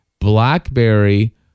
Blackberry